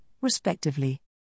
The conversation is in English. respectively